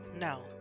No